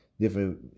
different